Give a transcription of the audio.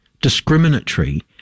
discriminatory